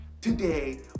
today